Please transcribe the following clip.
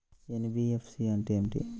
NBFC అంటే ఏమిటి?